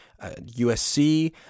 USC